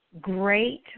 great